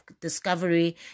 discovery